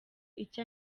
icyo